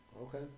Okay